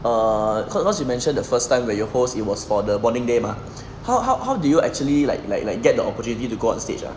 err cause cause you mentioned the first time when you host it was for the bonding day mah how how how did you actually like like like get the opportunity to go onstage ah